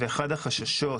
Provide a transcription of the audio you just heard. אחד החששות